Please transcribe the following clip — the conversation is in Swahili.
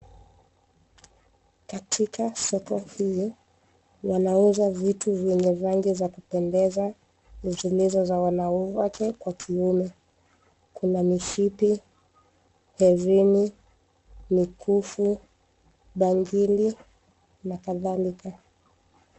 Katika soko hii wanauza vitu vyenye rangi za kupendeza na zilizo za wanawake kwa kiume. Kuna mishipi, herini, mikufu, bangili na kadhalika.